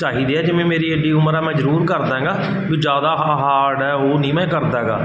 ਚਾਹੀਦੇ ਆ ਜਿਵੇਂ ਮੇਰੀ ਐਡੀ ਉਮਰ ਆ ਮੈਂ ਜ਼ਰੂਰ ਕਰਦਾ ਹੈਗਾ ਵੀ ਜ਼ਿਆਦਾ ਹਾਰਡ ਹੈ ਉਹ ਨਹੀਂ ਮੈਂ ਕਰਦਾ ਹੈਗਾ